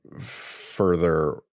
further